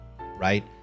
Right